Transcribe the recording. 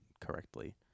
correctly